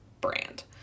brand